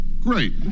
great